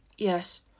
Yes